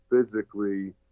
physically